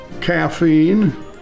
caffeine